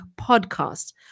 podcast